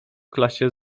klasie